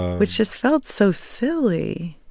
which just felt so silly